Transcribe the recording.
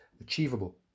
achievable